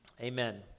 amen